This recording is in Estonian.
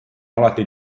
alati